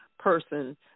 person